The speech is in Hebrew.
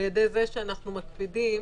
על-ידי זה שאנחנו מקפידים,